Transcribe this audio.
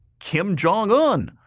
kim jong-un